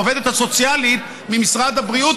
או העובדת הסוציאלית ממשרד הבריאות,